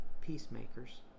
peacemakers